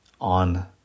on